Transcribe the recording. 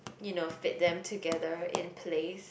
you know fit them together in place